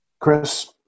Chris